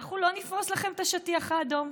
אנחנו לא נפרוס לכם את השטיח האדום.